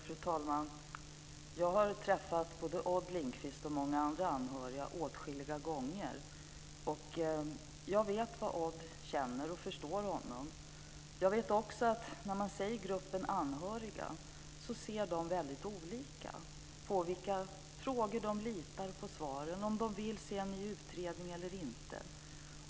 Fru talman! Jag har träffat både Odd Lundkvist och många andra anhöriga åtskilliga gånger. Jag vet vad Odd känner och förstår honom. Jag vet också att "gruppen anhöriga" ser väldigt olika på vilka frågor som de litar på svaren på och om de vill se en ny utredning eller inte.